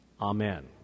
Amen